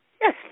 Yes